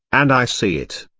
and i see it.